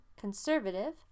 Conservative